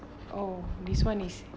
oh this [one] is